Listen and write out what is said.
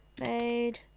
made